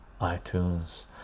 iTunes